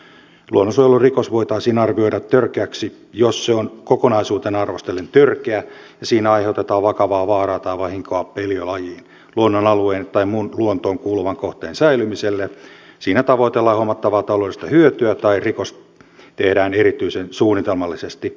luonnonsuojelurikos voitaisiin arvioida törkeäksi jos se on kokonaisuutena arvostellen törkeä ja siinä aiheutetaan vakavaa vaaraa tai vahinkoa eliölajin luonnonalueen tai muun luontoon kuuluvan kohteen säilymiselle siinä tavoitellaan huomattavaa taloudellista hyötyä tai rikos tehdään erityisen suunnitelmallisesti